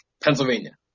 Pennsylvania